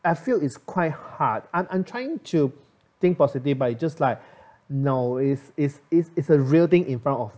I feel it's quite hard and I'm trying to think positive by it's just like no is is is is a real thing in front of